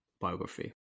biography